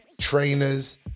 trainers